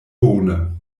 bone